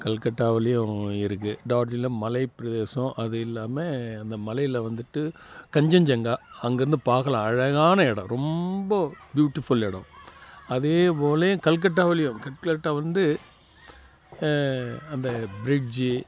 கல்கட்டாவுலேயும் இருக்குது டார்ஜில்ல மலைப்பிரதேசம் அது இல்லாமல் அந்த மலையில் வந்துட்டு கஞ்சன்ஜங்கா அங்கேயிருந்து பார்க்கலாம் அழகான இடம் ரொம்ப ப்யூட்டிஃபுல் இடம் அதேபோல் கல்கட்டாவிலேயும் கல்கட்டா வந்து அந்த ப்ரிட்ஜி